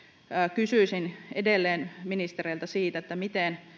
kysyisin edelleen ministereiltä siitä miten